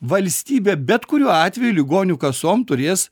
valstybė bet kuriuo atveju ligonių kasom turės